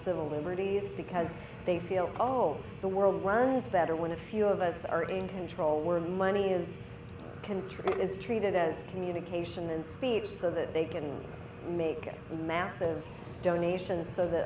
civil liberties because they feel oh the world runs better when a few of us are in control where money is control is treated as communication and speech so that they can make massive donations so th